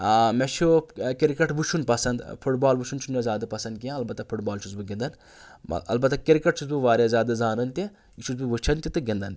آ مےٚ چھُ کِرکَٹ وٕچھُن پَسنٛد فُٹ بال وٕچھُن چھُنہٕ مےٚ زیادٕ پَسںٛد کینٛہہ البتہ فُٹ بال چھُس بہٕ گِںٛدان البتہ کِرکَٹ چھُس بہٕ واریاہ زیادٕ زانَان تہِ یہِ چھُس بہٕ وٕچھَان تہِ تہٕ گِنٛدَان تہِ